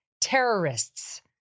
terrorists